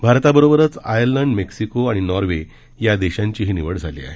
भारताबरोबरच Ireland Mexico आणि Norway या देशांचीही निवड झाली आहे